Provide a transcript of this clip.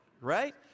right